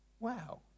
Wow